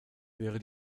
wäre